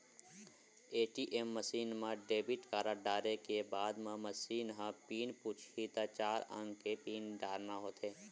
ATM machine म debit card डारे के बाद म मसीन ह पिन पूछही त चार अंक के पिन डारना होथे